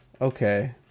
okay